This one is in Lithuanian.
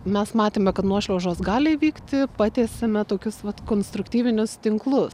mes matėme kad nuošliaužos gali įvykti patiesiame tokius pat konstruktyvinius tinklus